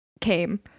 came